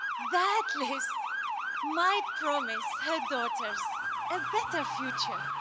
that list might promise her daughters a better future.